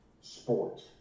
sports